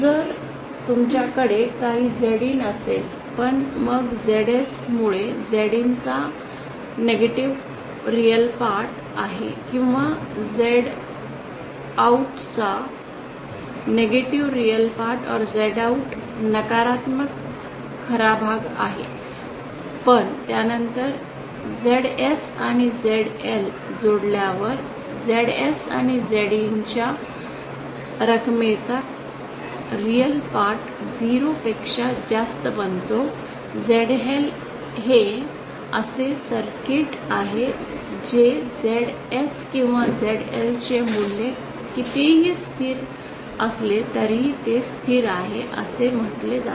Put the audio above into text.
जर तुमच्याकडे काही ZIN असेल पण मग ZS मुळे ZIN चा नकारात्मक खरा भाग आहे किंवा झेड आऊटचा नकारात्मक खरा भाग आहे पण त्यानंतर झेडएस आणि झेडएल जोडल्यावर झेडएस आणि झिनच्या रकमेचा खरा भाग 0 पेक्षा जास्त बनतो झेडएल हे असे सर्किट आहे जे झेडएस किंवा झेडएलचे मूल्य कितीही स्थिर असले तरी ते स्थिर आहे असे म्हटले जाते